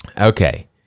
okay